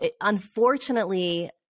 unfortunately